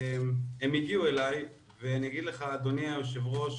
הם הגיעו אלי, ואני אגיד לך, אדוני היושב ראש,